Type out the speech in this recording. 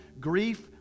Grief